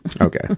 Okay